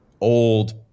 old